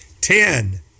ten